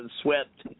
swept –